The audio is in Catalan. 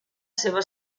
seva